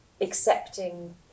accepting